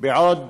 בעוד